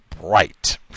bright